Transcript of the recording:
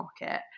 market